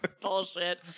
bullshit